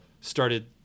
started